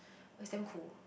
is damn cool